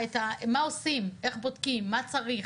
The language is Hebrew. מה עושים, איך בודקים, מה צריך,